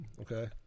okay